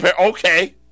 okay